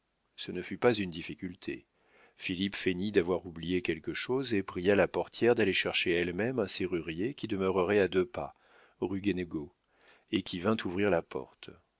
ce ne fut pas une difficulté philippe feignit d'avoir oublié quelque chose et pria la portière d'aller chercher elle-même un serrurier qui demeurait à deux pas rue guénégaud et qui vint ouvrir la porte